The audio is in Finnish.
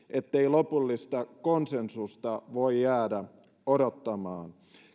ettei lopullista konsensusta voi jäädä odottamaan